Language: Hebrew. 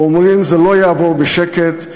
ואומרים: זה לא יעבור בשקט.